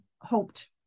hoped